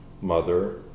Mother